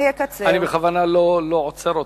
אני בכוונה לא עוצר אותך,